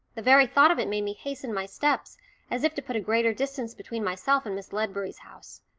the very thought of it made me hasten my steps as if to put a greater distance between myself and miss ledbury's house.